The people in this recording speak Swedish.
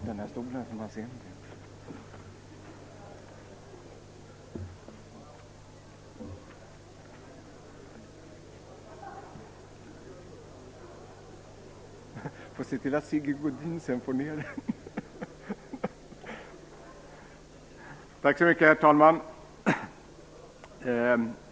Herr talman!